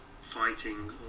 fighting